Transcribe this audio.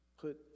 put